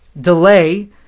delay